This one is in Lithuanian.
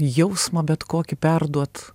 jausmą bet kokį perduot